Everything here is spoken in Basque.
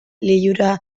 lilurabide